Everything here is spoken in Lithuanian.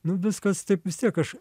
nu viskas taip vis tiek aš